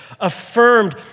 affirmed